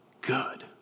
good